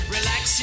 Relax